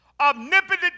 omnipotent